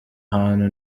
hantu